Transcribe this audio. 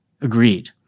agreed